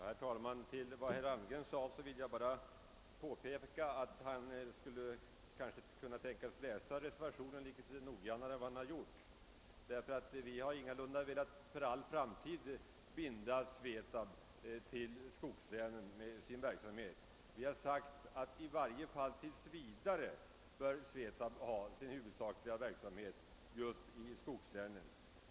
Herr talman! Med anledning av vad herr Almgren sade vill jag bara påpeka, att han kanske borde ha läst reservationen litet mera noggrant än han har gjort. Vi har nämligen ingalunda velat för all framtid binda SVETAB:s verksamhet till skogslänen. Vi har sagt att i varje fall tills vidare bör SVETAB ha sin verksamhet förlagd till orter och regioner med sysselsättningssvårigheter, alltså till skogslänen.